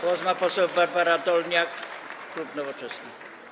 Głos ma poseł Barbara Dolniak, klub Nowoczesna.